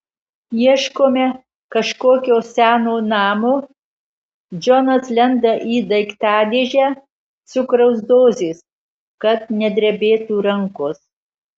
ieškome kažkokio seno namo džonas lenda į daiktadėžę cukraus dozės kad nedrebėtų rankos